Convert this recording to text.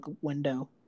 window